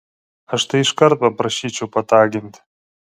aš tai iškart paprašyčiau pataginti